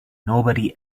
nobody